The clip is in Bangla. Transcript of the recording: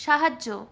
সাহায্য